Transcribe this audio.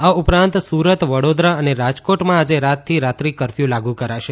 આ ઉપરાંત સુરત વડોદરા અને રાજકોટમાં આજે રાતથી રાત્રિ કરફ્યૂ લાગુ કરાશે